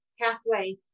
pathway